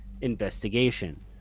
investigation